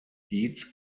each